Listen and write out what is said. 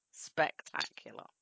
spectacular